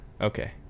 Okay